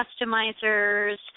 customizers